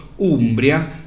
Umbria